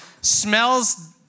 Smells